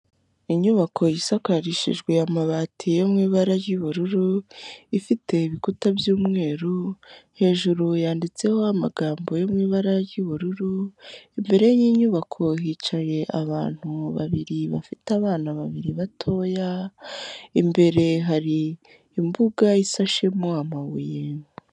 Inyubako isakarishijwe amabati yo mu ibara ry'ubururu, ifite ibikuta by'umweru, hejuru yanditseho amagambo yo mu ibara ry'ubururu, imbere y'inyubako hicaye abantu babiri bafite abana babiri batoya, imbere hari imbuga ishashemo amabuye.